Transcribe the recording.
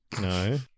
No